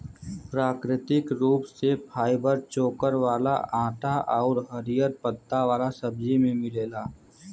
प्राकृतिक रूप से फाइबर चोकर वाला आटा आउर हरिहर पत्ता वाला सब्जी में मिलेला